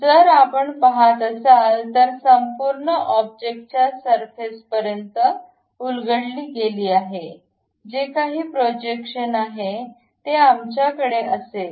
तर जर आपण पहात असाल तर संपूर्ण ऑब्जेक्ट क्या सरफेस पर्यंत उलगडली गेली आहे जे काही प्रोजेक्शन आहे ते आमच्याकडे असेल